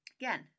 again